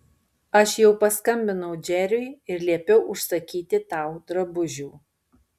aš jau paskambinau džeriui ir liepiau užsakyti tau drabužių